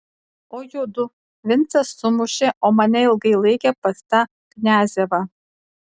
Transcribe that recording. o judu vincą sumušė o mane ilgai laikė pas tą kniazevą